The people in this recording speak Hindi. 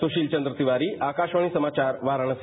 सुशील चंद्र तिवारी आकाशवाणी समाचार वाराणसी